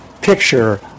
picture